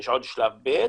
יש עוד שלב ב',